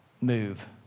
move